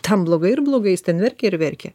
tam blogai ir blogai jis ten verkia ir verkia